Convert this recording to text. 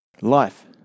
life